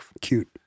Cute